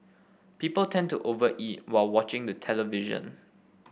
people tend to over eat while watching the television